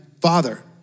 Father